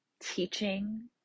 teaching